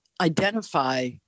identify